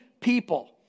people